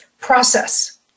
process